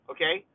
Okay